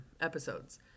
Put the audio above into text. episodes